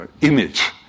image